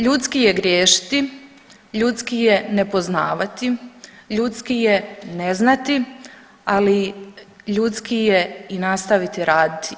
Ljudski je griješiti, ljudski je nepoznavati, ljudski ne znati, ali ljudski je i nastaviti raditi.